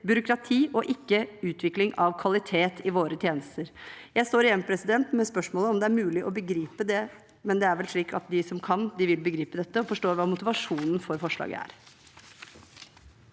byråkrati, og ikke en utvikling av kvalitet i våre tjenester. Jeg står igjen med spørsmålet om det er mulig å begripe det, men det er vel slik at de som kan, vil begripe dette og forstå hva motivasjonen for forslaget er.